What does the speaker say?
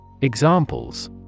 Examples